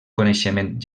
coneixement